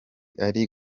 ari